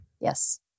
Yes